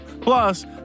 Plus